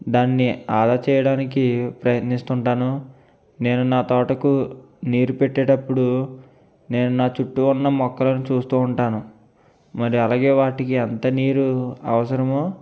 దాన్ని ఆదా చేయడానికి ప్రయత్నిస్తూ ఉంటాను నేను నా తోటకు నీరు పెట్టేటప్పుడు నేను నా చుట్టూ ఉన్న మొక్కలను చూస్తూ ఉంటాను మరి అలాగే వాటికి అంత నీరు అవసరమో